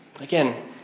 Again